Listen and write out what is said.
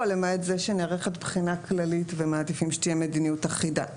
למעט זה שנערכת בחינה כללית ומעדיפים שתהיה מדיניות אחידה,